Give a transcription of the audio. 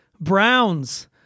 Browns